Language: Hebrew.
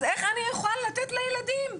אז איך אני יכולה לתת לילדים?